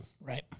right